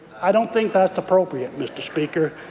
i don't think that's appropriate, mr. speaker,